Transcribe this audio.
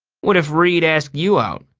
what if reid asked you out?